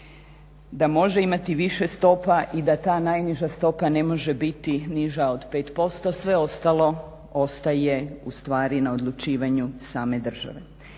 da može imati više stopa i da ta najniža stopa ne može biti niža od 5%. Sve ostalo ostaje ustvari na odlučivanju same države.